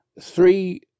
three